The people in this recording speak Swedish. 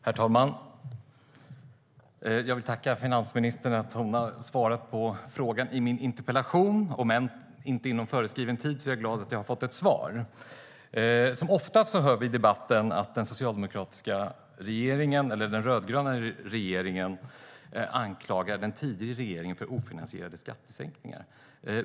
Herr talman! Jag vill tacka finansministern för svaren på frågorna i min interpellation. Även om svaren inte kom inom föreskriven tid är jag glad för att jag har fått svar. Oftast hör vi i debatten att den socialdemokratiska regeringen - den rödgröna regeringen - anklagar den tidigare regeringen för ofinansierade skattesänkningar.